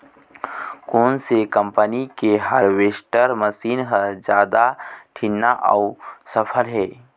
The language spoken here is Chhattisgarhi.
कोन से कम्पनी के हारवेस्टर मशीन हर जादा ठीन्ना अऊ सफल हे?